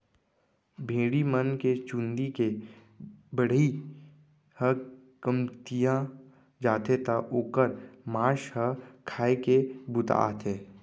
भेड़ी मन के चूंदी के बढ़ई ह कमतिया जाथे त ओकर मांस ह खाए के बूता आथे